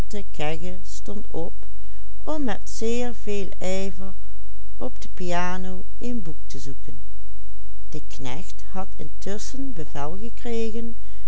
op de piano een boek te zoeken de knecht had intusschen bevel gekregen